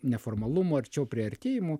neformalumo arčiau priartėjimų